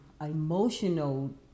Emotional